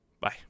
Bye